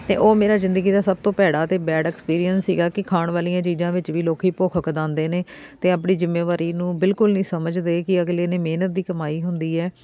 ਅਤੇ ਉਹ ਮੇਰਾ ਜ਼ਿੰਦਗੀ ਦਾ ਸਭ ਤੋਂ ਭੈੜਾ ਅਤੇ ਬੈਡ ਐਕਸਪੀਰੀਅੰਸ ਸੀਗਾ ਕਿ ਖਾਣ ਵਾਲੀਆਂ ਚੀਜ਼ਾਂ ਵਿੱਚ ਵੀ ਲੋਕ ਭੁੱਖ ਖਦਾਉਂਦੇ ਨੇ ਅਤੇ ਆਪਣੀ ਜਿੰਮੇਵਾਰੀ ਨੂੰ ਬਿਲਕੁਲ ਨਹੀਂ ਸਮਝਦੇ ਕਿ ਅਗਲੇ ਨੇ ਮਿਹਨਤ ਦੀ ਕਮਾਈ ਹੁੰਦੀ ਹੈ